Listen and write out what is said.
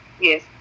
Yes